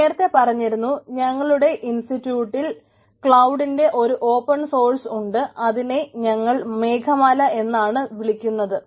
ഞാൻ നേരത്തെ പറഞ്ഞിരുന്നു ഞങ്ങളുടെ ഇൻസ്റ്റിറ്റ്യൂട്ടിൽ ക്ലൌഡിന്റെ ഒരു ഓപ്പൺ സോഴ്സ് ഉണ്ട് അതിനെ ഞങ്ങൾ മേഘമാല എന്നാണ് വിളിക്കുന്നത്